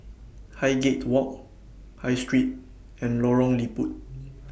Highgate Walk High Street and Lorong Liput